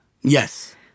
Yes